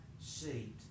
seat